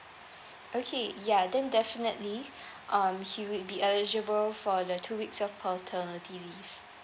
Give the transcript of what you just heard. okay ya then definitely um he would be eligible for the two weeks of paternity leave